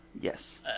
Yes